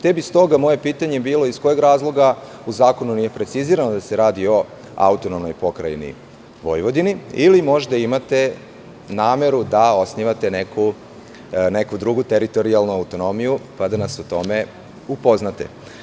Te bi stoga moje pitanje bilo – iz kojeg razloga u zakonu nije precizirano da se radi o AP Vojvodini, ili možda imate nameru da osnivate neku drugu teritorijalnu autonomiju, pa da nas o tome upoznate.